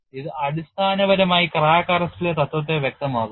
ഇത് അടിസ്ഥാനപരമായി ക്രാക്ക് അറസ്റ്റിലെ തത്വത്തെ വ്യക്തമാക്കുന്നു